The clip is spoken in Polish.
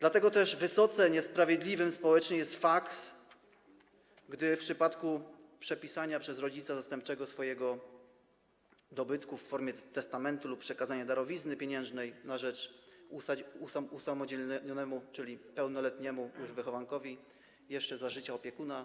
Dlatego też wysoce niesprawiedliwy społecznie jest fakt, że w przypadku przepisania przez rodzica zastępczego jego dobytku w formie testamentu lub przekazania darowizny pieniężnej usamodzielnionemu, czyli już pełnoletniemu, wychowankowi jeszcze za życia opiekuna